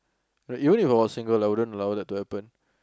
right even I were single I wouldn't allow that to happen